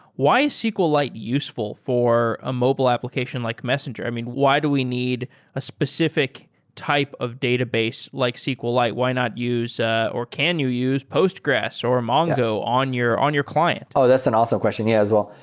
why is sqlite useful for a mobile application like messenger? i mean, why do we need a specific type of database like sqlite? why not use ah or can you use postgres, or mongo on your on your client? oh, that's an awesome question yeah as well.